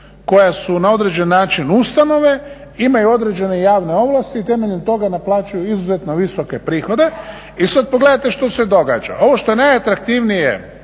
koja su na određeni način ustanove, imaju određene javne ovlasti i temeljem toga naplaćuju izuzetno visoke prihode. I sad pogledajte što se događa, ovo što je najatraktivnije